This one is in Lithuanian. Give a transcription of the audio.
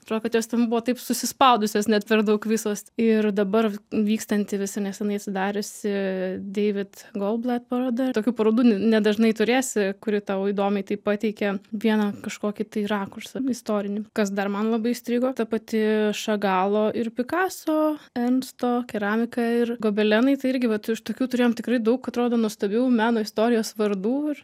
atrodo kad jos ten buvo taip susispaudusios net per daug visos ir dabar vykstanti visai neseniai atsidariusi deivid golblet paroda tokių parodų nedažnai turėsi kuri tau įdomiai taip pateikia vieną kažkokį tai rakursą istorinį kas dar man labai įstrigo ta pati šagalo ir pikaso emsto keramika ir gobelenai tai irgi vat iš tokių turėjom tikrai daug atrodo nuostabių meno istorijos vardų ir